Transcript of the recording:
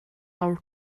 our